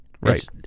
Right